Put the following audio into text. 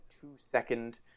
two-second